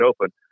open